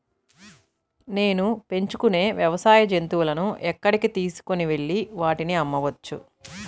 నేను పెంచుకొనే వ్యవసాయ జంతువులను ఎక్కడికి తీసుకొనివెళ్ళి వాటిని అమ్మవచ్చు?